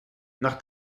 nach